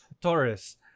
Taurus